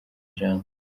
ijambo